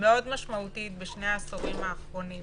מאוד משמעותית בשני העשורים האחרונים